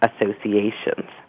associations